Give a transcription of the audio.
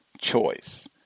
choice